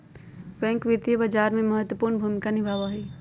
bank वित्तीय बाजार में महत्वपूर्ण भूमिका निभाबो हइ